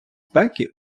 спеки